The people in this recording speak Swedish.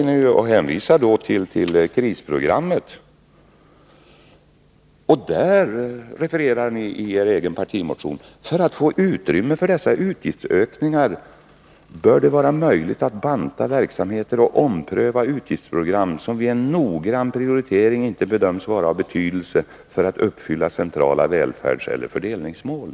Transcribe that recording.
Ni hänvisar till krisprogrammet i er egen partimotion: För att få utrymme för dessa utgiftsökningar bör det vara möjligt att banta verksamheter och ompröva utgiftsprogram som vid en noggrann prioritering inte bedöms vara av betydelse för att uppfylla centrala välfärdseller fördelningsmål.